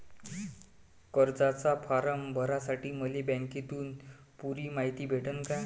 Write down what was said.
कर्जाचा फारम भरासाठी मले बँकेतून पुरी मायती भेटन का?